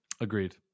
Agreed